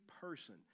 person